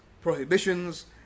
prohibitions